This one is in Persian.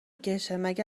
کشهمگه